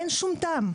אין שום טעם.